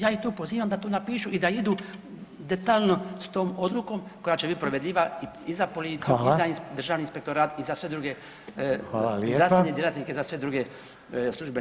Ja ih tu pozivam da to napišu i da idu detaljno s tom odlukom koja će biti provediva i za policiju i [[Upadica: Hvala.]] za Državni inspektorat i za sve druge i zdravstvene djelatnike i za sve druge službenike.